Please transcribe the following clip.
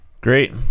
great